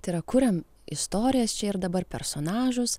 tai yra kuriam istorijas čia ir dabar personažas